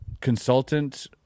consultant